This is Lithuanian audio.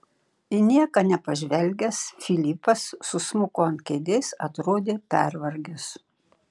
į nieką nepažvelgęs filipas susmuko ant kėdės atrodė pervargęs